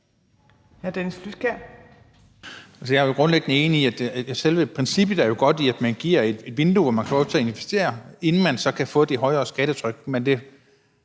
selve princippet med, at man giver et vindue, hvor man får lov til at investere, inden man så kan få det højere skattetryk,